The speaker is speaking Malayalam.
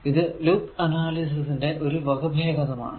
ഇത് ലൂപ്പ് അനാലിസിസ് ന്റെ ഒരു വകഭേദം ആണ്